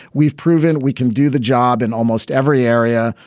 we've proven we can do the job in almost every area.